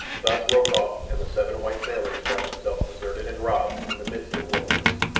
thus rokoff and the seven white sailors found themselves deserted and robbed in the midst of a wilderness.